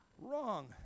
Wrong